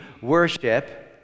worship